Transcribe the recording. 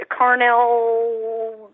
Carnell